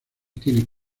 tiene